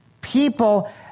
people